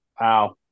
Wow